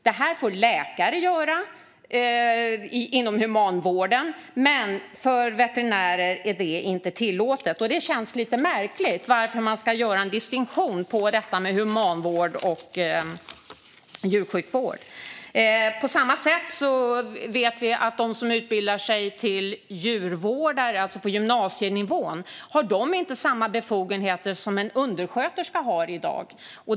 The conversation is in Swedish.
Läkare får göra det inom humanvården, men det är inte tillåtet för veterinärer. Det känns lite märkligt att det görs en distinktion mellan humanvård och djursjukvård i detta. På samma sätt har de som utbildat sig till djurvårdare, alltså på gymnasienivå, inte samma befogenheter som en undersköterska har i dag.